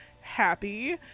happy